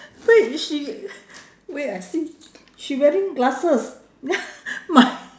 wait she wait I see she wearing glasses ya my